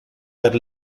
per